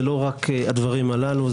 זה לא רק הדברים הללו.